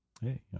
Hey